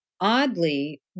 oddly